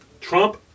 Trump